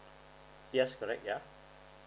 yes correct yeah